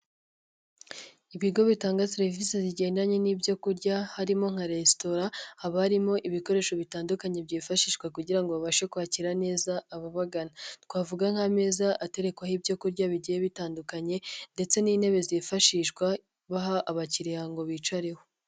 Ibigo bitanga serivisi zigendanye n'ibyo kurya harimo nka resitora, haba harimo ibikoresho bitandukanye byifashishwa kugira ngo babashe kwakira neza abagana, twavuga nk'ameza aterekwaho ibyo kurya bigiye bitandukanye ndetse n'intebe zifashishwa baha abakiriya ngo bicareho.